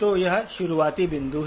तो यह शुरुआती बिंदु है